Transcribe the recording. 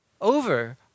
over